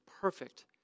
perfect